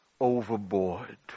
overboard